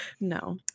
No